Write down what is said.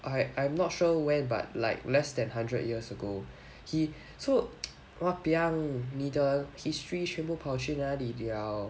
I I'm not sure when but like less than hundred years ago he so !wahpiang! 你的 history 全部跑去哪里了